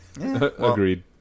Agreed